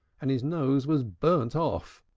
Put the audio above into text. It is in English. and his nose was burnt off.